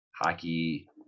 hockey